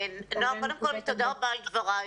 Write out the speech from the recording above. תודה רבה על דבריך.